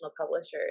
publishers